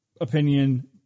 opinion